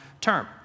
term